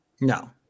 No